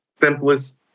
simplest